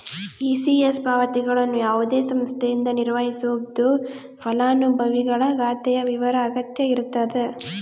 ECS ಪಾವತಿಗಳನ್ನು ಯಾವುದೇ ಸಂಸ್ಥೆಯಿಂದ ನಿರ್ವಹಿಸ್ಬೋದು ಫಲಾನುಭವಿಗಳ ಖಾತೆಯ ವಿವರ ಅಗತ್ಯ ಇರತದ